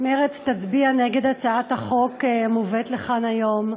מרצ תצביע נגד הצעת החוק המובאת לכאן היום.